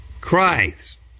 Christ